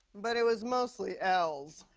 but it was mostly ls.